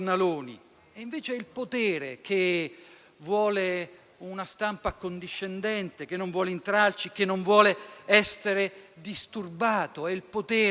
Invece, è il potere che vuole una stampa accondiscendente, che non vuole intralci, che non vuole essere disturbato; è il potere